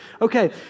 Okay